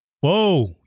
Whoa